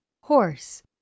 horse